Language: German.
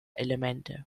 elemente